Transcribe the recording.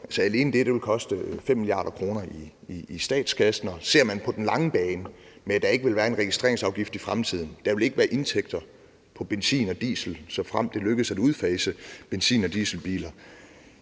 Alene det vil koste 5 mia. kr. i statskassen, og ser man på den lange bane på, at der ikke vil være en registreringsafgift i fremtiden, at der ikke vil være indtægter fra benzin og diesel, såfremt det lykkes at udfase benzin- og dieselbiler,